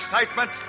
excitement